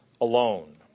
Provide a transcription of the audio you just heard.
alone